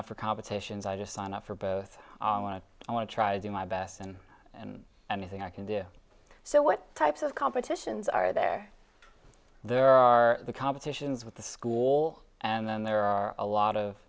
up for competitions i just sign up for both i want to i want to try to do my best and and anything i can do so what types of competitions are there there are the competitions with the school and then there are a lot of